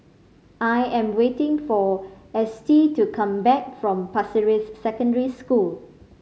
I am waiting for Estie to come back from Pasir Ris Secondary School